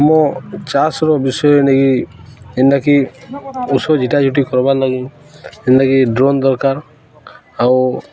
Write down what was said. ମୁଁ ଚାଷର ବିଷୟ ନେଇକି ଯେନ୍ଟାକି ଉଷ ଜିଟାଝୁଟି କର୍ବାର୍ ଲାଗି ଯେନ୍ତାକି ଡ୍ରୋନ୍ ଦରକାର ଆଉ